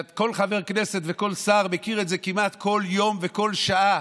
כל חבר כנסת וכל שר מכיר את זה כמעט כל יום וכל שעה,